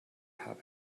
habe